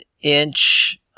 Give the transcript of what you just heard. inch